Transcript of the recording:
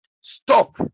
stop